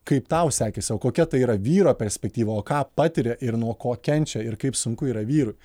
kaip tau sekėsi o kokia tai yra vyro perspektyva o ką patiria ir nuo ko kenčia ir kaip sunku yra vyrui